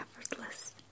effortless